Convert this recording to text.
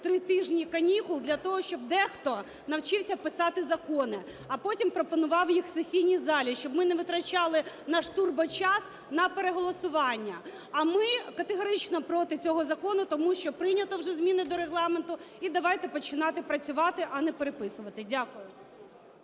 три тижні канікул для того, щоб дехто навчився писати закони, а потім пропонував їх у сесійній залі, щоб ми не витрачали наш "турбочас" на переголосування. А ми категорично проти цього закону, тому що прийнято вже зміни до Регламенту, і давайте починати працювати, а не переписувати. Дякую.